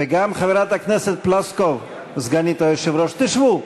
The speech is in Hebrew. וגם חברת הכנסת פלוסקוב, סגנית היושב-ראש, תשבו.